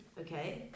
okay